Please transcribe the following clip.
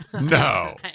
no